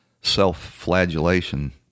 self-flagellation